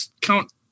count